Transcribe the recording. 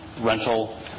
rental